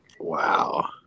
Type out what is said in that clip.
Wow